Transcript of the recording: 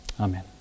amen